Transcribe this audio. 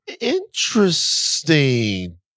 Interesting